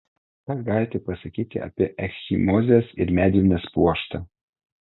ką galite pasakyti apie ekchimozes ir medvilnės pluoštą